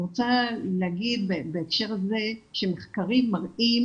אני רוצה להגיד בהקשר הזה שמחקרים מראים